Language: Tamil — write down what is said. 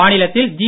மாநிலத்தில் ஜி